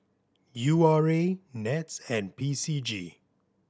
U R A NETS and P C G